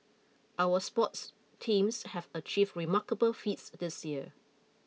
our sports teams have achieved remarkable feats this year